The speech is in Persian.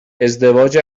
ازدواج